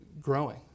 growing